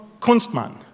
Kunstmann